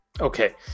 Okay